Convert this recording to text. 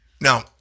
Now